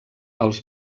els